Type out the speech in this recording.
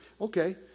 Okay